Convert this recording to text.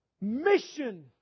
mission